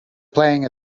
playing